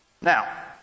Now